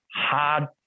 hard